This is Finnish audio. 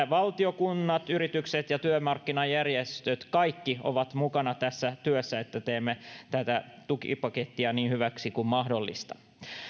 valtio kunnat yritykset ja työmarkkinajärjestöt kaikki ovat mukana tässä työssä että teemme tätä tukipakettia niin hyväksi kuin mahdollista